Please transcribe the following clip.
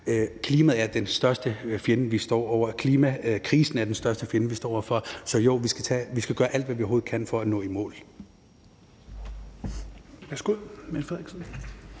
sikkerhedspolitik også er klimapolitik. Klimakrisen er den største fjende, vi står over for. Så jo, vi skal gøre alt, hvad vi overhovedet kan, for at nå i mål.